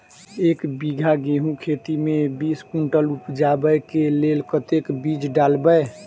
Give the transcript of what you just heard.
एक बीघा गेंहूँ खेती मे बीस कुनटल उपजाबै केँ लेल कतेक बीज डालबै?